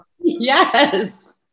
Yes